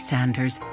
Sanders